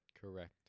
Correct